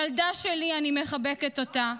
ילדה שלי, אני מחבקת אותה,